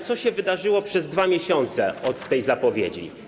Co się wydarzyło przez 2 miesiące od tej zapowiedzi?